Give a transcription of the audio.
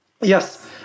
Yes